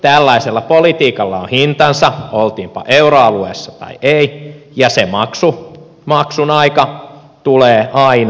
tällaisella politiikalla on hintansa oltiinpa euroalueessa tai ei ja maksun aika tulee aina aikanaan